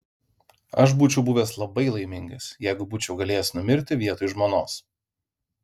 aš būčiau buvęs labai laimingas jeigu būčiau galėjęs numirti vietoj žmonos